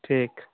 ठीक